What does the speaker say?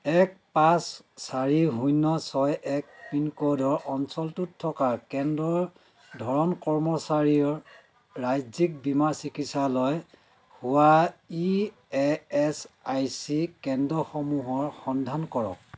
এক পাঁচ চাৰি শূন্য ছয় এক পিনক'ডৰ অঞ্চলটোত থকা কেন্দ্ৰৰ ধৰণ কৰ্মচাৰীৰ ৰাজ্যিক বীমা চিকিৎসালয় হোৱা E S I C কেন্দ্ৰসমূহৰ সন্ধান কৰক